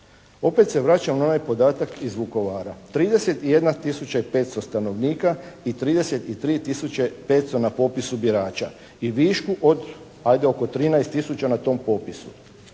Opet se vraćam na onaj podatak iz Vukovara. 31 tisuća i 500 stanovnika i 33 tisuće 500 na popisu birača i višku od, ajde, oko 13 tisuća na tom popisu.